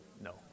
No